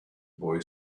boy